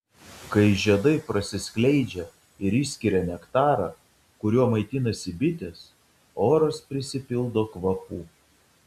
kai žiedai prasiskleidžia ir išskiria nektarą kuriuo maitinasi bitės oras prisipildo kvapų